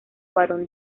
varón